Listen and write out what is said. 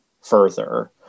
further